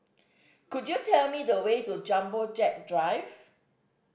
could you tell me the way to Jumbo Jet Drive